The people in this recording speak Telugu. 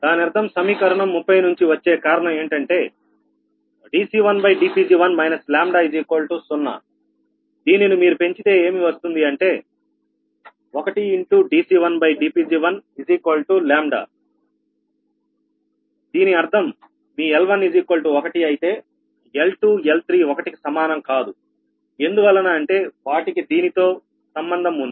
దాని అర్థం సమీకరణం 30 నుంచి వచ్చే కారణం ఏంటంటే dC1dPg1 λ0దీనిని మీరు పెంచితే ఏమి వస్తుంది అంటే 1× dC1dPg1 దీని అర్థం మీ L11 అయితే L2L3 ఒకటి కి సమానం కాదు ఎందువలన అంటే వాటికి దీనితో సంబంధం ఉంది